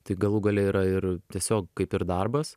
tai galų gale yra ir tiesiog kaip ir darbas